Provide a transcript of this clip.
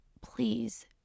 please